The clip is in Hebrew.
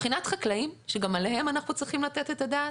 מבחינת חקלאים שגם עליהם אנחנו צריכים לתת את הדעת,